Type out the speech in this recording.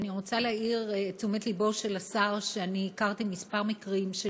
אני רוצה להעיר את תשומת לבו של השר שאני הכרתי כמה מקרים של